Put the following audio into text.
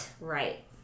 Right